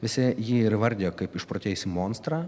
visi jį ir įvardijo kaip išprotėjusį monstrą